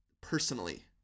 personally